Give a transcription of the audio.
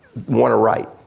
want to write.